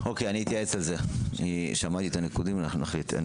אוקי, אני אתייעץ לגבי זה, שמעתי ואנחנו נחליט.